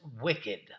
wicked